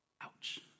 Ouch